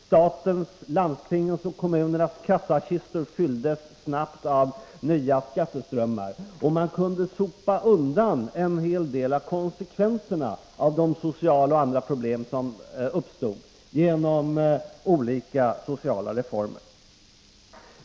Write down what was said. Statens, landstingens och kommunernas kassakistor fylldes snabbt av nya skatteströmmar. Man kunde sopa undan en hel del av konsekvenserna av de sociala och andra problem som uppstod genom skilda sociala reformer.